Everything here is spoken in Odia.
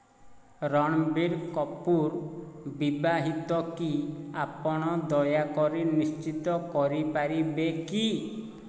ରଣବୀର କପୁର ବିବାହିତ କି ଆପଣ ଦୟାକରି ନିଶ୍ଚିତ କରିପାରିବେ କି